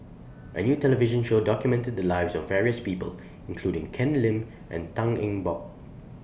A New television Show documented The Lives of various People including Ken Lim and Tan Eng Bock